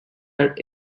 are